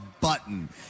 button